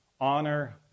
Honor